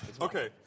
Okay